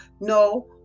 No